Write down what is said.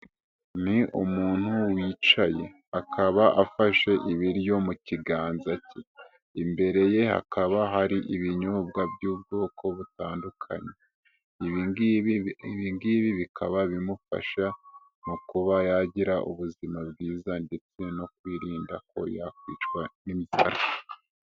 Ni umuntu wicaye akaba afashe ibiryo mu kiganza cye, imbere ye hakaba hari ibinyobwa by'ubwoko butandukanye, ibi ngibi bikaba bimufasha mu kuba yagira ubuzima bwiza ndetse no kwirinda ko yakwicwa n'inzara.